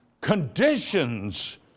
conditions